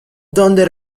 donde